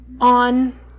on